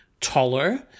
taller